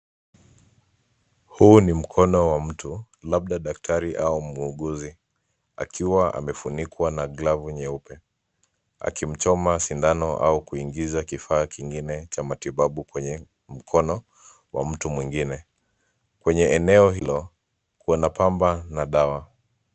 Huu ni mkono wa mtu labda daktari au muuguzi akiwa amefunikwa na glavu nyeupe akimchoma sindano au kuingiza kifaa kingine cha matibabu kwenye mkono wa mtu mwingine. Kwenye eneo hilo, kuna pamba na dawa.